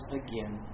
again